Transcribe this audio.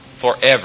forever